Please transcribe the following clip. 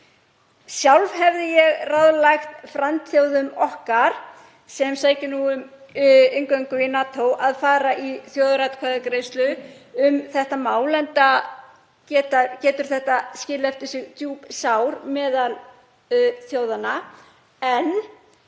Sjálf hefði ég ráðlagt frændþjóðum okkar, sem sækja nú um inngöngu í NATO, að fara í þjóðaratkvæðagreiðslu um þetta mál, enda getur þetta skilið eftir sig djúp sár meðal þjóðanna. En